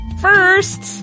First